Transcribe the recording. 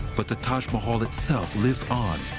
but the taj mahal itself lived on,